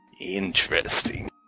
Interesting